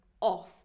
off